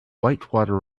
whitewater